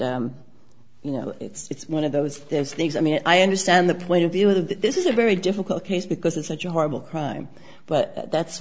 you know it's one of those things i mean i understand the point of view that this is a very difficult case because it's such a horrible crime but that's